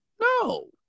No